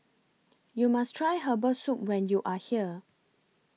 YOU must Try Herbal Soup when YOU Are here